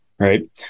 Right